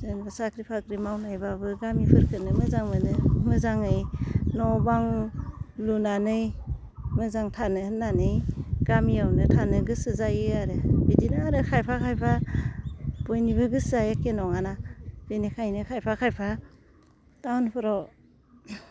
जेनेबा साख्रि बाख्रि मावनायबाबो गामिफोरखौनो मोजां मोनो मोजाङै न' बां लुनानै मोजां थानो होन्नानै गामियावनो थानो गोसो जायो आरो बिदिनो आरो खायफा खायफा बयनिबो गोसोआ एखे नङाना बिनिखायनो खायफा खायफा टाउनफोराव